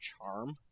Charm